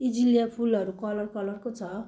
azalea फुलहरू colour कलरको छ